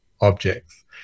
objects